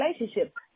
relationship